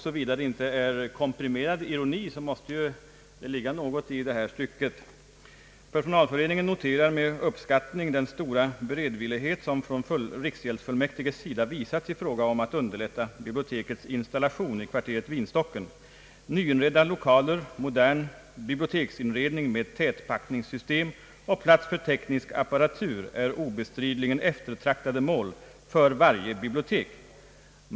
Såvida det inte är komprimerad ironi måste det ligga någonting i följande stycke: »Personalföreningen noterar med uppskattning den stora beredvillighet som från fullmäktiges sida visats i fråga om att underlätta bibliotekets installation i kvarteret Vinstocken. Nyinredda lokaler, modern biblioteksinredning med tätpackningssystem och plats för teknisk apparatur är obestridligen eftertraktade mål för varje bibliotek.